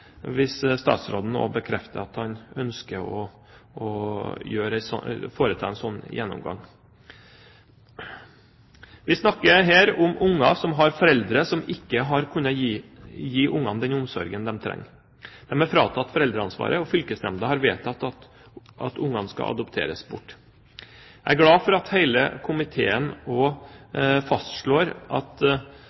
statsråden nå bekrefter at han ønsker å foreta en slik gjennomgang. Vi snakker her om barn som har foreldre som ikke har kunnet gi barna den omsorgen de trenger. De er fratatt foreldreansvaret, og fylkesnemnda har vedtatt at barna skal adopteres bort. Jeg er glad for at hele komiteen også fastslår at